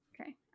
Okay